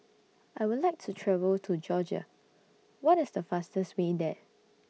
I Would like to travel to Georgia What IS The fastest Way There